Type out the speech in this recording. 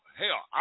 hell